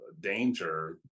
danger